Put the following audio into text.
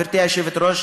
גברתי היושבת-ראש,